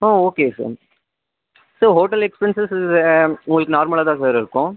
ஆ okay sir sir hotel expenses இ உங்களுக்கு நார்மலாக தான் சார் இருக்கும்